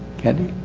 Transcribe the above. candy?